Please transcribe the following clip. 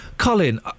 Colin